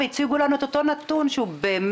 והציגו לנו את אותו נתון שהוא באמת,